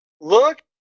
look